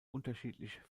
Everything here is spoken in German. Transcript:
unterschiedlich